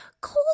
cold